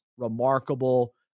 Remarkable